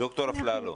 דוקטור אפללו,